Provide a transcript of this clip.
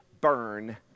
burn